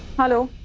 hello.